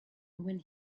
when